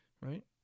right